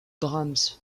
brahms